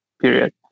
period